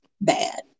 bad